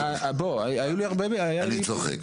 היו לי הרבה אתה יודע --- אני צוחק,